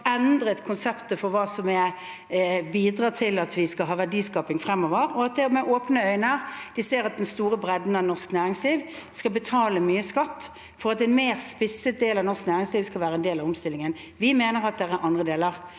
99 konseptet for hva som bidrar til at vi skal ha verdiskaping fremover – og at det er med åpne øyne de ser at den store bredden av norsk næringsliv skal betale mye skatt for at en mer spisset del av norsk næringsliv skal være en del av omstillingen. Vi mener at det er andre deler